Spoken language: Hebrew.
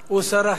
הוא רק שר חינוך.